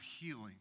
healing